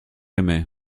aimé